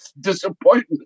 disappointment